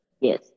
Yes